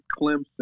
Clemson